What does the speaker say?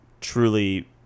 truly